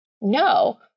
no